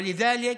ולכן,